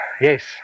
Yes